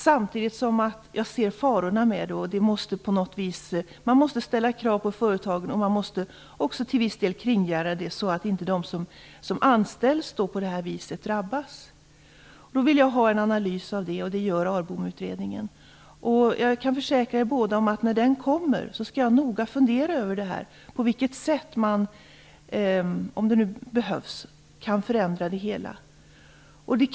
Samtidigt ser jag farorna med det, och det gör att man måste ställa krav på företagen och till viss del kringgärda detta så att inte de som anställs på det här viset drabbas. Jag vill därför ha en analys av dessa frågor, och en sådan görs av ARBOM. Jag kan försäkra er båda om att jag när utredningen läggs fram noga skall fundera över på vilket sätt - om det nu behövs - det hela kan förändras.